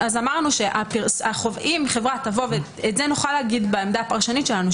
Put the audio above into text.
את זה נוכל להגיד בעמדה הפרשנית שלנו.